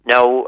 Now